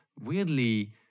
weirdly